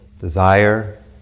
Desire